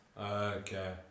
okay